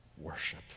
worship